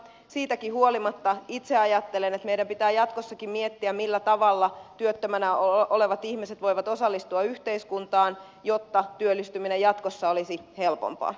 siitäkin huolimatta itse ajattelen että meidän pitää jatkossakin miettiä millä tavalla työttömänä olevat ihmiset voivat osallistua yhteiskuntaan jotta työllistyminen jatkossa olisi helpompaa